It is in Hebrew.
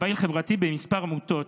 כפעיל חברתי בכמה עמותות,